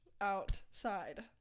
outside